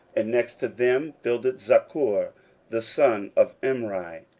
and next to them builded zaccur the son of imri.